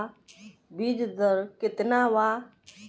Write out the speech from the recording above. बीज दर केतना वा?